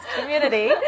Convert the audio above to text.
Community